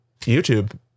YouTube